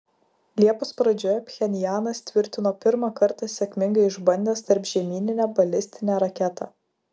liepos pradžioje pchenjanas tvirtino pirmą kartą sėkmingai išbandęs tarpžemyninę balistinę raketą